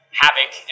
havoc